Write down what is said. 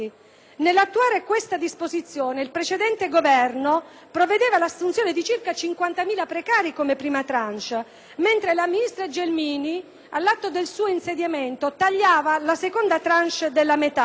Nell'attuare questa disposizione il precedente Governo provvedeva all'assunzione di circa 50.000 precari come prima *tranche*, mentre il ministro Gelmini, all'atto del suo insediamento, tagliava la seconda *tranche* della metà,